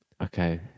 Okay